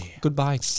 Goodbye